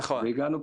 נכון.